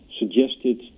suggested